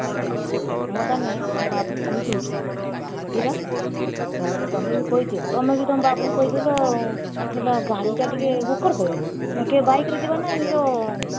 ଆଜ୍ଞା ମୁଁ ତାହାନେ ଆମ ବାବୁକୁ କହିଦେଉଛୁ ଯିବା ଆ ତମେ ବି କହିଦିଅ ତମେ ବି ତମ ବାବୁଙ୍କୁ କହିଦେଲ ହେଲା ଗାଡ଼ିଟା ଟିକିଏ ବୁକ୍ କରିଦେବେ ନା କେ ବାଇକ୍ ରେ ଯିବାନା ଏ ଯୋଉ